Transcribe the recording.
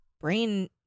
brain